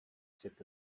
zirka